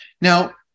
Now